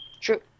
True